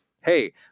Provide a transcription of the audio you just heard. hey